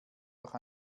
noch